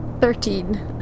Thirteen